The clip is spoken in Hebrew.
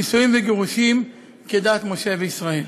נישואים וגירושים כדת משה וישראל.